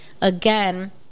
again